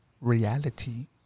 reality